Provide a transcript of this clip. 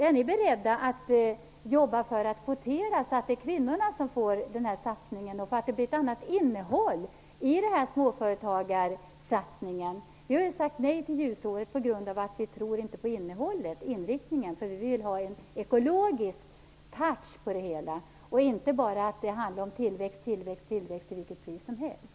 Är ni beredda att jobba för att kvotera, så att satsningen kommer kvinnorna till godo och innehållet blir ett annat? Vi har sagt nej till Ljusåret på grund av att vi inte tror på innehållet och inriktningen. Vi vill ha en ekologisk touch på det hela. Det skall inte bara handla om tillväxt till vilket pris som helst.